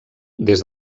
des